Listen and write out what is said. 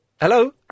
Hello